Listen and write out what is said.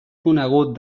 conegut